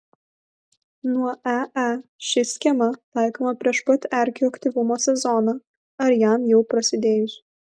nuo ee ši schema taikoma prieš pat erkių aktyvumo sezoną ar jam jau prasidėjus